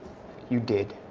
you did.